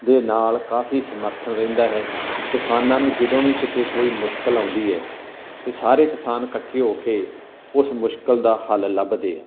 ਦੇ ਨਾਲ ਕਾਫੀ ਸਮਰਥਨ ਰਹਿੰਦਾ ਹੈ ਕਿਸਾਨਾਂ ਨੂੰ ਜਦੋਂ ਵੀ ਕਿਤੇ ਕੋਈ ਮੁਸ਼ਕਲ ਆਉਂਦੀ ਹੈ ਤਾਂ ਸਾਰੇ ਕਿਸਾਨ ਇਕੱਠੇ ਹੋ ਕੇ ਉਸ ਮੁਸ਼ਕਲ ਦਾ ਹੱਲ ਲੱਭਦੇ ਆ